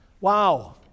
Wow